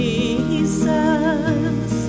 Jesus